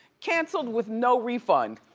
canceled with no refund.